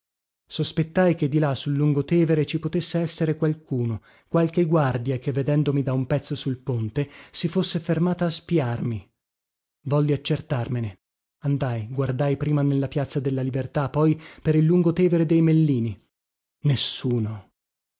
sospettai che di là sul lungotevere ci potesse essere qualcuno qualche guardia che vedendomi da un pezzo sul ponte si fosse fermata a spiarmi volli accertarmene andai guardai prima nella piazza della libertà poi per il lungotevere dei mellini nessuno